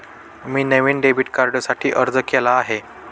मी नवीन डेबिट कार्डसाठी अर्ज केला आहे